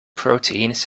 proteins